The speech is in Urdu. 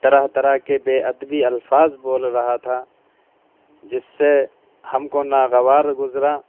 طرح طرح کے بےادبی الفاظ بول رہا تھا جس سے ہم کو ناگوار گزرا